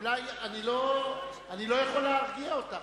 אני לא יכול להרגיע אותך.